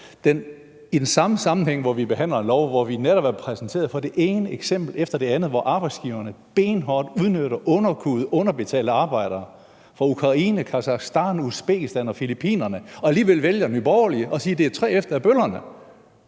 i samme sammenhæng, som vi behandler et lovforslag, hvor vi netop bliver præsenteret for det ene eksempel efter det andet på, at arbejdsgiverne benhårdt udnytter underkuede, underbetalte arbejdere fra Ukraine, Kasakhstan, Usbekistan og Filippinerne – og alligevel vælger Nye Borgerlige at sige, at det er 3F, der er bøllerne,